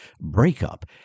Breakup